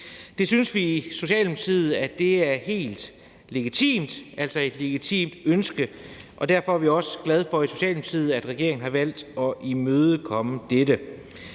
Det synes vi i Socialdemokratiet er et helt legitimt ønske, og derfor er vi også i Socialdemokratiet glade for, at regeringen har valgt at imødekomme dette.